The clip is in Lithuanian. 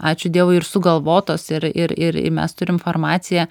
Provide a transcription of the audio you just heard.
ačiū dievui ir sugalvotos ir ir ir mes turim farmaciją